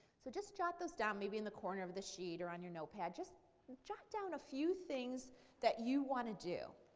so just jot those down maybe in the corner of the sheet or on your notepad. just jot down a few things that you want to do,